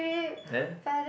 then